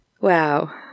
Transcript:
Wow